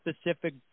specific